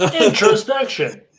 Introspection